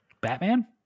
Batman